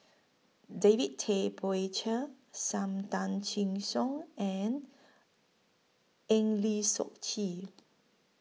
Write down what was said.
David Tay Poey Cher SAM Tan Chin Siong and Eng Lee Seok Chee